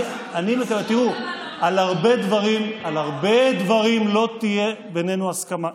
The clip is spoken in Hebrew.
תראו, על הרבה דברים לא תהיה בינינו הסכמה.